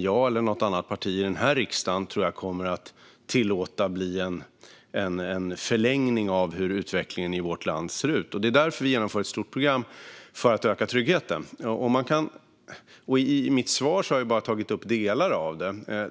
jag eller något parti i den här riksdagen kommer att tillåta att bli en förlängning av utvecklingen i vårt land. Det är därför vi genomför ett stort program för att öka tryggheten. I mitt svar tog jag bara upp delar av det.